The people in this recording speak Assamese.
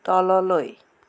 তললৈ